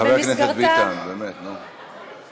חבר הכנסת ביטן, באמת, נו.